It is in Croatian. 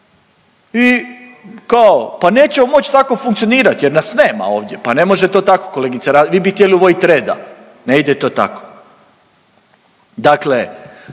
i kao pa nećemo moć tako funkcionirat jer nas nema ovdje, pa ne može to tako kolegice Ra…, vi bi htjeli uvodit reda, ne ide to tako. Dakle